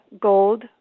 Gold